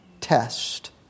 test